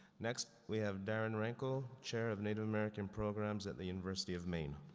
next, we have darren ranco, chair of native american programs at the university of maine.